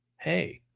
hey